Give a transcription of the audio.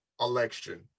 election